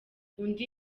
undi